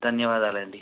ధన్యవాదాలండి